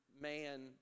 man